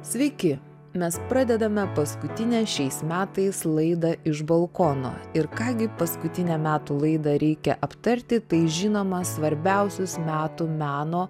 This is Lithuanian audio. sveiki mes pradedame paskutinę šiais metais laidą iš balkono ir ką gi paskutinę metų laidą reikia aptarti tai žinoma svarbiausius metų meno